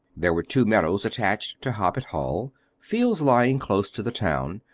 there were two meadows attached to hoppet hall fields lying close to the town,